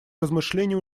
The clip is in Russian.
размышлений